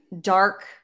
dark